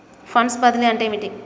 Funds బదిలీ అంటే ఏమిటి?